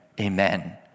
amen